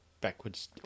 backwards